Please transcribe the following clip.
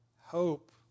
hope